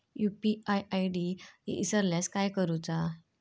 UPI ID इसरल्यास काय करुचा?